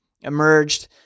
emerged